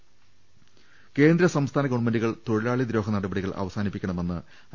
രദേഷ്ടെടു കേന്ദ്ര സംസ്ഥാന ഗവൺമെന്റുകൾ തൊഴിലാളിദ്രോഹ നടപടികൾ അവസാനിപ്പിക്കണമെന്ന് ഐ